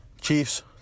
Chiefs